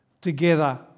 together